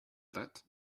that